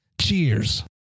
Cheers